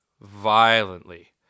violently